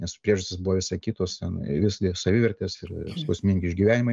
nes priežastys buvo visai kitos ten vis tiek savivertės ir skausmingi išgyvenimai